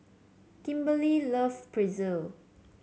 Kimberly love Pretzel